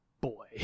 boy